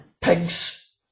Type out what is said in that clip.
pigs